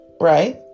Right